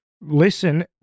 Listen